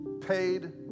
paid